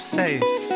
safe